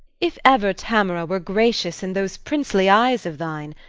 if ever tamora were gracious in those princely eyes of thine,